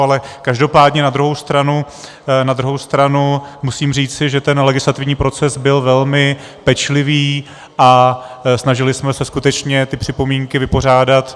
Ale každopádně na druhou stranu, na druhou stranu musím říci, že ten legislativní proces byl velmi pečlivý a snažili jsme se skutečně ty připomínky vypořádat.